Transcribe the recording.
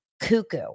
cuckoo